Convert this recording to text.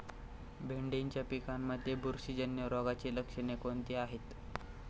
भेंडीच्या पिकांमध्ये बुरशीजन्य रोगाची लक्षणे कोणती आहेत?